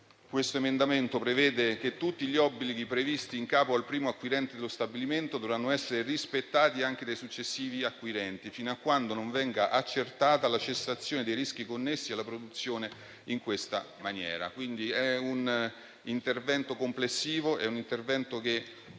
citato emendamento prevede inoltre che tutti gli obblighi previsti in capo al primo acquirente dello stabilimento dovranno essere rispettati anche dai successivi acquirenti, fino a quando non venga accertata la cessazione dei rischi connessi alla produzione in questa maniera. Si tratta, dunque, di un intervento